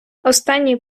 останній